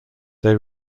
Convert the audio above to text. they